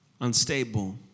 unstable